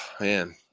man